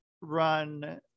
run